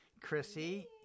Chrissy